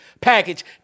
package